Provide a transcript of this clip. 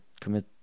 commit